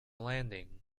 landing